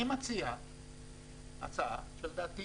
אני מציע הצעה, שלדעתי